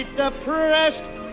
depressed